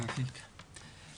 בבקשה.